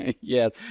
Yes